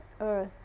earth